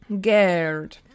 Gerd